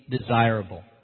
desirable